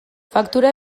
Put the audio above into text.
faktura